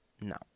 No